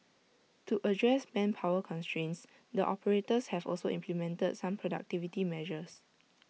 to address manpower constraints the operators have also implemented some productivity measures